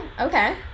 okay